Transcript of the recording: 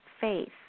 faith